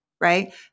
right